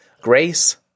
Grace